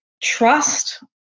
trust